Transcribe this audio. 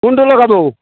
লগাব